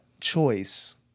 choice